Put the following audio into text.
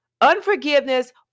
unforgiveness